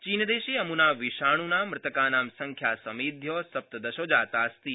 चीनदेशे अम्ना विषाणुना मृत्यकानां संख्या समेध्य सप्तदश जाता अस्ति